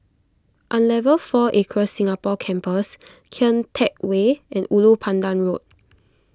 Unilever four Acres Singapore Campus Kian Teck Way and Ulu Pandan Road